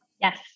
Yes